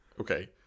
Okay